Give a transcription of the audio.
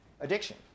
addiction